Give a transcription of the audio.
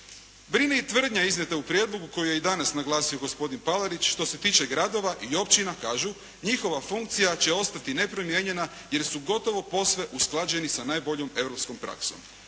Brine i tvrdnja iznijeta u prijedlogu koju je i danas naglasio gospodin Palarić što se tiče gradova i općina kažu njihova funkcija će ostati nepromijenjena jer su gotovo posve usklađeni sa najboljom europskom praksom.